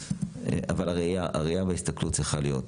אבל הראיה וההסתכלות צריכה להיות,